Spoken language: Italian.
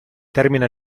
termina